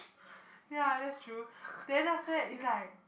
ya that's true then after that it's like